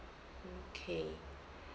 okay